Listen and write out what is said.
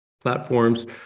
platforms